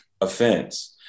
offense